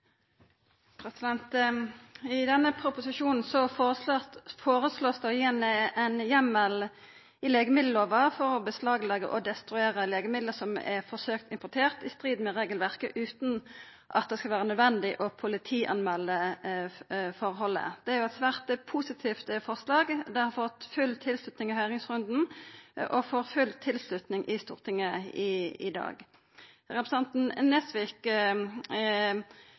I denne proposisjonen vert det foreslått å gje ein heimel i legemiddellova for å beslagleggja og destruera legemiddel som er forsøkt importerte i strid med regelverket, utan at det skal vera nødvendig å politimelda forholdet. Det er eit svært positivt forslag. Det har fått full tilslutning i høyringsrunden, og det får full tilslutning i Stortinget i dag. Representanten Nesvik